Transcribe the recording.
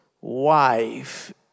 wife